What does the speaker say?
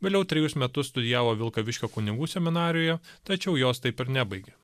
vėliau trejus metus studijavo vilkaviškio kunigų seminarijoje tačiau jos taip ir nebaigė